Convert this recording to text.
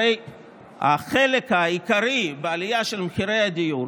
הרי החלק העיקרי בעלייה של מחירי הדיור